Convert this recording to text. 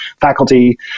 faculty